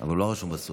אבל הוא לא רשום בסוף,